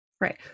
Right